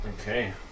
Okay